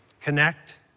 connect